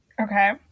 Okay